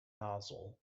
nozzle